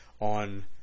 on